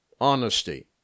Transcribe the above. honesty